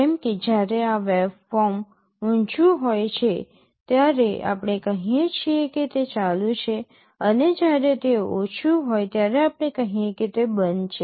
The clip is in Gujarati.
જેમ કે જ્યારે આ વેવફોર્મ ઉચું હોય છે ત્યારે આપણે કહીએ છીએ કે તે ચાલુ છે અને જ્યારે તે ઓછું હોય ત્યારે આપણે કહીએ કે તે બંધ છે